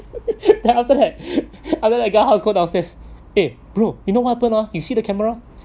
then after that other the guardhouse go downstairs eh bro you know happen ah you see the camera